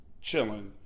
chilling